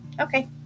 Okay